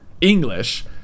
English